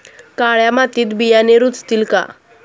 काळ्या मातीत बियाणे रुजतील का?